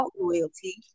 loyalty